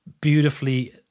beautifully